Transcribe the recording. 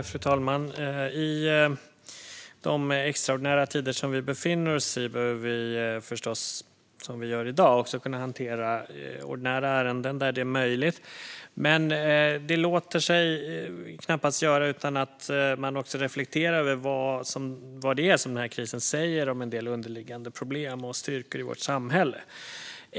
Fru talman! I de extraordinära tider vi befinner oss i behöver vi förstås också, som vi gör i dag, kunna hantera ordinära ärenden där det är möjligt. Men detta låter sig knappast göra utan att man också reflekterar över vad den här krisen säger om en del underliggande problem och styrkor i vårt samhälle.